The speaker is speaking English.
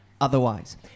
Otherwise